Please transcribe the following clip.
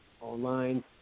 online